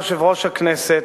יושב-ראש הכנסת,